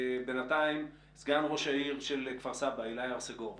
בינתיים סגן ראש העיר כפר סבא עילאי הרסגור הנדין.